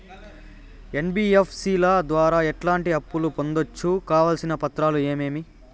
NBFC ల ద్వారా ఎట్లాంటి అప్పులు పొందొచ్చు? కావాల్సిన పత్రాలు ఏమేమి?